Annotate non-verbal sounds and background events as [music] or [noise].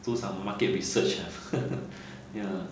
do some market research ah [laughs] ya